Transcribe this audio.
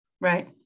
right